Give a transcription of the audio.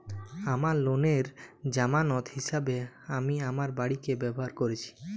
আমার লোনের জামানত হিসেবে আমি আমার বাড়িকে ব্যবহার করেছি